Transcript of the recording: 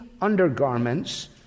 undergarments